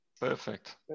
perfect